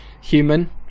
human